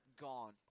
Gone